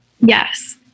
Yes